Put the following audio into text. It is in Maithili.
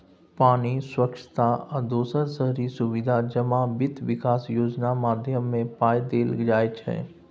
पानि, स्वच्छता आ दोसर शहरी सुबिधा जमा बित्त बिकास योजना माध्यमे पाइ देल जाइ छै